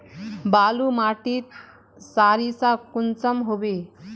बालू माटित सारीसा कुंसम होबे?